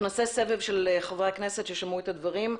אנחנו נעשה סבב של חברי הכנסת ששמעו את הדברים.